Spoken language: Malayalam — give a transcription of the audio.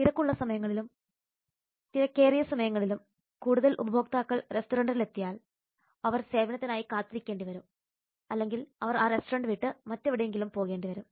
തിരക്കുള്ള സമയങ്ങളിലും തിരക്കേറിയ സമയങ്ങളിലും കൂടുതൽ ഉപഭോക്താക്കൾ റെസ്റ്റോറന്റിലെത്തിയാൽ അവർ സേവനത്തിനായി കാത്തിരിക്കേണ്ടി വരും അല്ലെങ്കിൽ അവർ ആ റെസ്റ്റോറന്റ് വിട്ട് മറ്റെവിടെയെങ്കിലും പോകേണ്ടി വരും